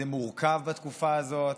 זה מורכב בתקופה הזאת,